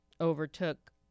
overtook